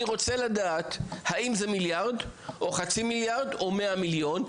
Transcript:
אני רוצה לדעת האם זה מיליארד או חצי מיליארד או מאה מיליון,